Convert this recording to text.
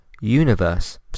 universe